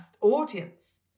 audience